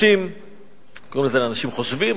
קוראים לזה: לאנשים חושבים,